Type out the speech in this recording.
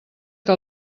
que